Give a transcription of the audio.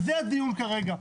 על זה הדיון כרגע.